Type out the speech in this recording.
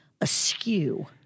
askew